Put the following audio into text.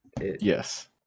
Yes